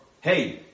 hey